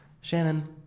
Shannon